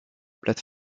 plate